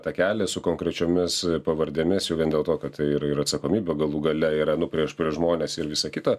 takelį su konkrečiomis pavardėmis jau vien dėl to kad ir ir atsakomybė galų gale yra nu prieš prieš žmones ir visa kita